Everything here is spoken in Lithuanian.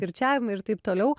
kirčiavimai ir taip toliau